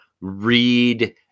read